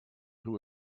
who